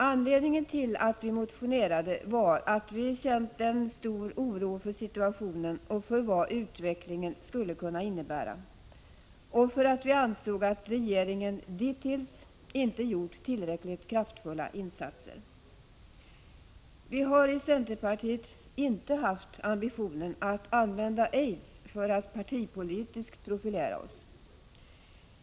Anledningen till att vi motionerade var att vi känt en stor oro för situationen och för vad utvecklingen skulle kunna innebära samt att vi ansåg att regeringen dittills inte gjort tillräckligt kraftfulla insatser. Vi har i centerpartiet inte haft ambitionen att använda aids för att partipolitiskt profilera oss.